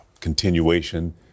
continuation